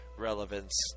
relevance